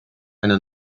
eine